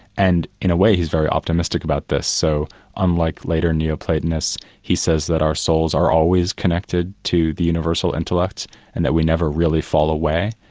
and in a way he's very optimistic about this. so unlike later neo-platonists, he says that our souls are always connected to the universal intellect and that we never really fall away.